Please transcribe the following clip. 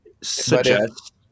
suggest